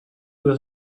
was